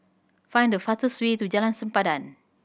find the fastest way to Jalan Sempadan